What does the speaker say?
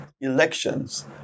elections